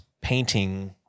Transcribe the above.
painting